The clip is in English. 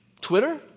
Twitter